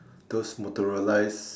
those motorise